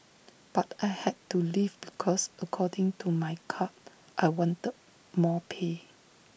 but I had to leave because according to my card I wanted more pay